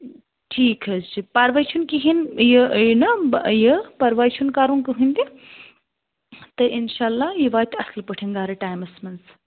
ٹھیٖک حظ چھُ پرواے چھُنہٕ کِہیٖنٛۍ یہِ یہِ نا پَرواے چھُنہٕ کَرُن کٕہٕنٛۍ تہِ تہٕ اِنشاء اللہ یہِ واتہِ اَصٕل پٲٹھۍ گَرٕ ٹایمَس مَنٛز